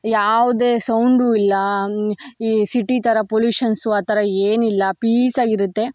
ಯಾವುದೇ ಸೌಂಡು ಇಲ್ಲ ಈ ಸಿಟಿ ಥರ ಪೊಲ್ಯೂಷನ್ಸು ಆ ಥರ ಏನೂ ಇಲ್ಲ ಪೀಸಾಗಿರುತ್ತೆ